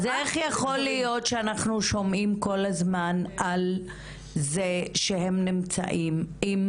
אז איך יכול להיות שאנחנו שומעים כל הזמן על זה שהם נמצאים עם